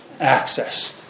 access